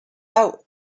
out